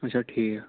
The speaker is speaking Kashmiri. آچھا ٹھیٖک